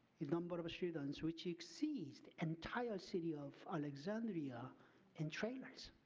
a number of students which exceeds the entire city of alexandria in trailers.